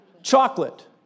Chocolate